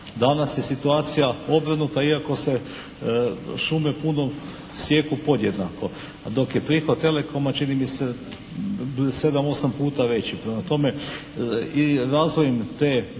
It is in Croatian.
Danas je situacija obrnuta iako se šume puno sijeku podjednako, a dok je prihod telekoma čini mi se 7, 8 puta veći. Prema tome, i …/Govornik se